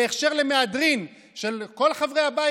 בהכשר למהדרין של כל חברי הבית,